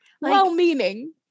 well-meaning